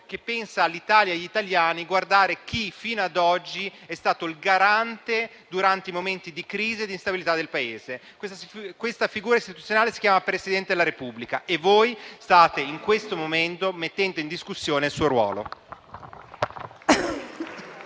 con pensiero lungimirante, a chi, fino ad oggi, è stato il garante durante i momenti di crisi e di instabilità del Paese. Questa figura istituzionale si chiama Presidente della Repubblica e voi, in questo momento, state mettendo in discussione il suo ruolo.